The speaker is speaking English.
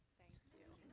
thank you.